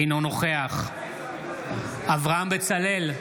אינו נוכח אברהם בצלאל,